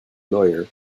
lawyer